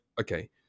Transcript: okay